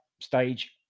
stage